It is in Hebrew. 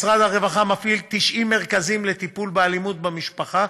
משרד הרווחה מפעיל 90 מרכזים לטיפול באלימות במשפחה